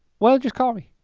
well just call me.